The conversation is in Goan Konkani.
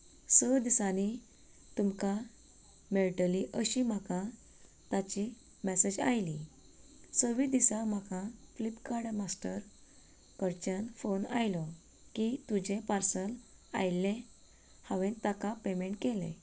स दिसांनी तुमकां मेळटली अशीं म्हाका ताची मेसेज आयली सव्या दिसा म्हाका फ्लिपकार्ट मास्टर कडच्यान फोन आयलो की तुजें पार्सल आयल्लें हांवेन ताका पेमेंन्ट केलें